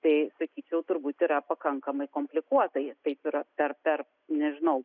tai sakyčiau turbūt yra pakankamai komplikuota ir taip yra per per nežinau